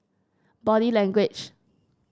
Body Language